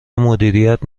مدیریت